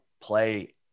play